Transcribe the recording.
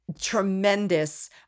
tremendous